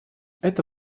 это